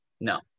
No